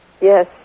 Yes